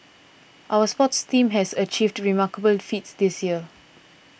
our sports teams has achieved remarkable feats this year